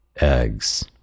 eggs